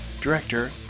director